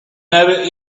never